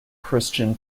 christian